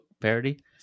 Parody